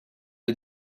des